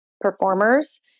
performers